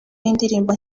y’indirimbo